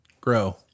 grow